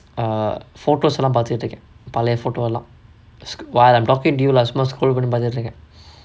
err photos lah பாத்துட்டு இருக்க பலய:paathuttu irukka palaya photo lah s~ while I'm talking to you lah சும்மா:summa scroll பண்ணி பாத்துட்டு இருக்க:panni paathuttu irukka